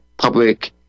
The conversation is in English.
Public